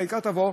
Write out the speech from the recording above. העיקר תבוא.